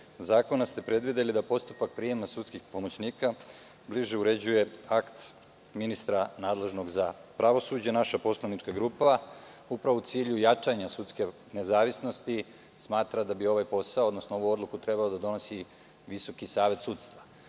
zakona ste predvideli da postupak prijema sudskih pomoćnika bliže uređuje akt ministra nadležnog za pravosuđe. Naša poslanička grupa u cilju jačanja sudske nezavisnosti smatra da bi ovaj posao, odnosno ovu odluku treba da donosi Visoki savet sudstva